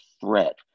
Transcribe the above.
threat